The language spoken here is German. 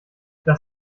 das